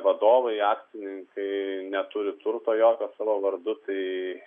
vadovai akcininkai neturi turto jokio savo vardu tai